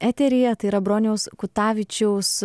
eteryje tai yra broniaus kutavičiaus